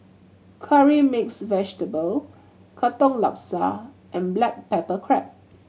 Curry Mixed Vegetable Katong Laksa and black pepper crab